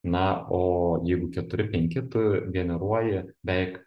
na o jeigu keturi penki tu generuoji beveik